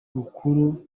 rukuru